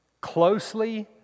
closely